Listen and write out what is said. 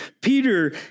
Peter